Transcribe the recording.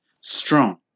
strong